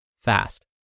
fast